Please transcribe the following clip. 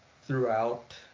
throughout